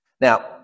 Now